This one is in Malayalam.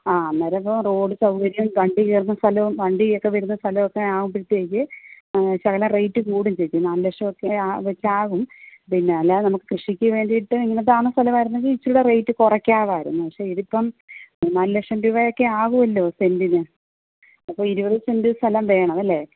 ആ അന്നേരമിപ്പോൾ റോഡ് റോഡ് സൗകര്യം വണ്ടി വരുന്ന സ്ഥലവും വണ്ടിയൊക്കെ വരുന്ന സ്ഥലമൊക്കെ ആവുമ്പോഴത്തേക്ക് ശകലം റേറ്റ് കൂടും ചേച്ചി നാലു ലക്ഷമൊക്കെ വെച്ചാവും പിന്നെ അല്ലാതെ നമുക്ക് കൃഷിക്ക് വേണ്ടിയിട്ട് ഇന്ന താണ സ്ഥലമാണെങ്കിൽ കുറച്ചുകൂടെ റേറ്റ് കുറയ്ക്കാമായിരുന്നു പക്ഷേ ഇതിപ്പം നാലു ലക്ഷം രൂപയൊക്കെയാവുമല്ലോ സെൻറ്റിന് അപ്പം ഇരുപത് സെൻ്റ് സ്ഥലം വേണമല്ലേ